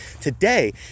today